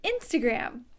Instagram